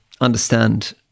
understand